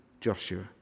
Joshua